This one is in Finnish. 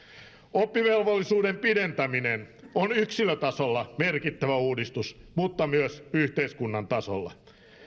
oppivelvollisuuden pidentäminen on yksilötasolla merkittävä uudistus mutta myös yhteiskunnan tasolla